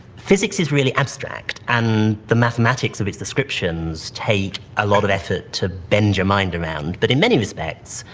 physics is really abstract, and the mathematics of its its descriptions take a lot of effort to bend your mind around. but in many respects,